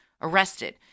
arrested